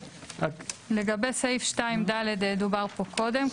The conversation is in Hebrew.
לגבי סעיף 2(ד) דובר פה קודם,